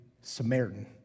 Samaritan